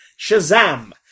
Shazam